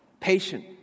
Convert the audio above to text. Patient